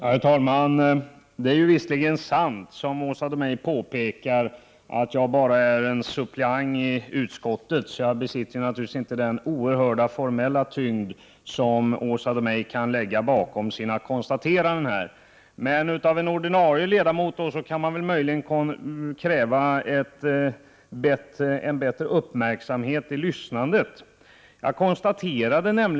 Herr talman! Som Åsa Domeij påpekar är det visserligen sant att jag bara är en suppleant i utskottet, och därför besitter jag naturligtvis inte den oerhörda formella tyngd som Åsa Domeij kan lägga bakom sina uttalanden. Men man kan möjligen kräva att en ordinarie ledamot lyssnar mer uppmärksamt.